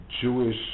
Jewish